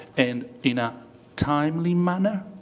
and in a timely manner,